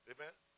Amen